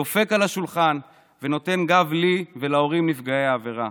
דופק על השולחן ונותן גב לי ולהורים נפגעי העבירה.